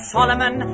Solomon